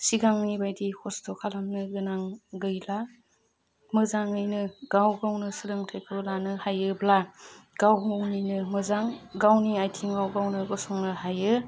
सिगांनि बायदि खस्थ' खालामनो गोनां गैला मोजाङैनो गाव गावनो सोलोंथाइखौ लानो हायोब्ला गाव गावनिनो मोजां गावनि आथिङाव गावनो गसंनो हायो